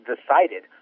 decided